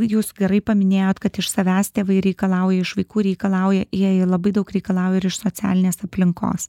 jūs gerai paminėjot kad iš savęs tėvai reikalauja iš vaikų reikalauja jie ir labai daug reikalauja iš socialinės aplinkos